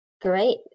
Great